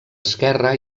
esquerre